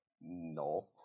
No